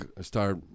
start